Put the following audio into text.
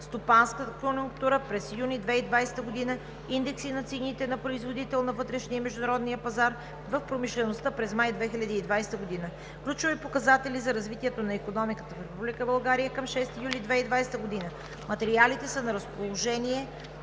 стопанската конюнктура през юни 2020 г., индекси на цените на производител на вътрешния и международния пазар в промишлеността през май 2020 г., ключови показатели за развитието на икономиката в Република България към 6 юли 2020 г. Материалите са на разположение